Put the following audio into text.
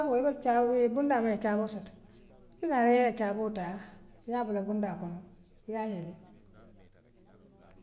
buŋdaa muŋ yee caaboo soto niŋ ikaa yele yee ila caaboo taa yaa bula buŋdaa kono yaa yele.